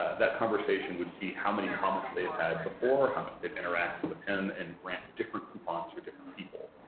that conversation would see how many comments they've had before, how much they've interacted with him and grant different coupons for different people.